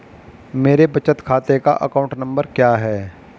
मेरे बचत खाते का अकाउंट नंबर क्या है?